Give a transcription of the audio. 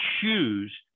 choose